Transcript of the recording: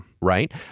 Right